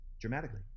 dramatically